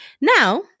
Now